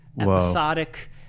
episodic